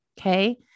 Okay